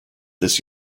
this